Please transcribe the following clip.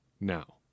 Now